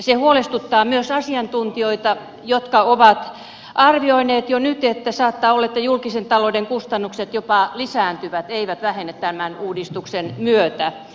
se huolestuttaa myös asiantuntijoita jotka ovat arvioineet jo nyt että saattaa olla että julkisen talouden kustannukset jopa lisääntyvät eivät vähene tämän uudistuksen myötä